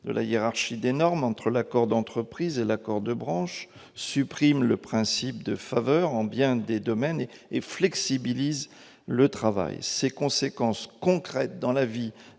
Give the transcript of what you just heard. de la hiérarchie des normes entre l'accord d'entreprise et l'accord de branche, suppriment le principe de faveur dans bien des domaines et flexibilisent le travail. Les conséquences concrètes de